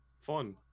Fun